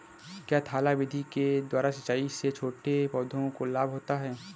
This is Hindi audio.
क्या थाला विधि के द्वारा सिंचाई से छोटे पौधों को लाभ होता है?